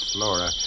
Flora